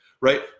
Right